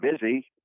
busy